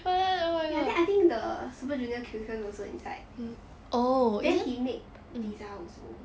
ya then I think the super junior kyuhyun also inside oh then he make pizza also